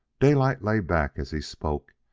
daylight lay back, as he spoke,